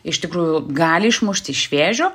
iš tikrųjų gali išmušti iš vėžių